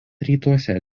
rytuose